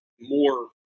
more